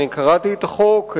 קראתי את החוק,